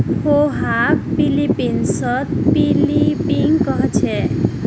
पोहाक फ़िलीपीन्सत पिनीपिग कह छेक